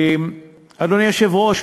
אדוני היושב-ראש,